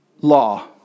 law